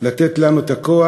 לתת לנו את הכוח